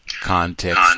Context